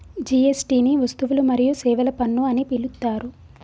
GST ని వస్తువులు మరియు సేవల పన్ను అని పిలుత్తారు